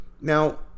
Now